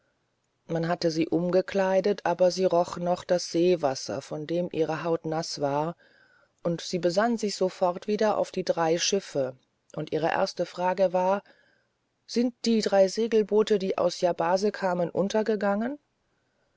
man hatte sie umgekleidet aber sie roch noch das seewasser von dem ihr haar naß war und sie besann sich sofort wieder auf die drei schiffe und ihre erste frage war sind die drei segelboote die aus yabase kamen untergegangen